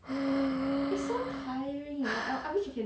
err